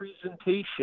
presentation